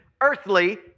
earthly